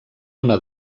una